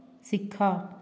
ଶିଖ